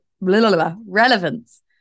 relevance